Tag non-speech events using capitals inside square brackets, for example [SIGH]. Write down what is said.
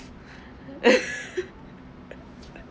[LAUGHS]